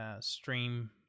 stream